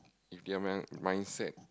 if their mind mindset